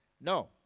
No